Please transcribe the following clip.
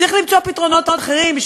צריך למצוא פתרונות אחרים.